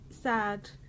sad